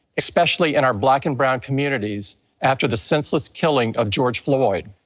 especially in our black and brown communities after the senseless killing of george floyd.